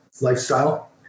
lifestyle